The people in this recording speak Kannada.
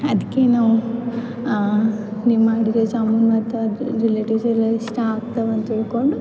ಅದಕ್ಕೆ ನಾವು ನಿಮ್ಮ ಅಂಗಡಿ ಜಾಮೂನ್ ಮತ್ತು ರಿಲೇಟಿವ್ಸ್ ಎಲ್ಲ ಇಷ್ಟ ಆಗ್ತವೆ ಅಂತ ತಿಳ್ಕೊಂಡು